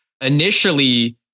initially